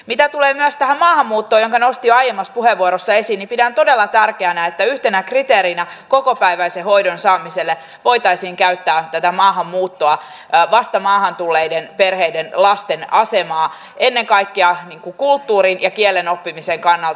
mitä tulee myös tähän maahanmuuttoon jonka nostin jo aiemmassa puheenvuorossa esiin niin pidän todella tärkeänä että yhtenä kriteerinä kokopäiväisen hoidon saamiselle voitaisiin käyttää tätä maahanmuuttoa vasta maahan tulleiden perheiden lasten asemaa ennen kaikkea kulttuurin ja kielen oppimisen kannalta